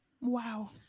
Wow